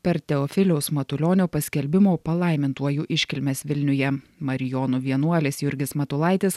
per teofiliaus matulionio paskelbimo palaimintuoju iškilmes vilniuje marijonų vienuolis jurgis matulaitis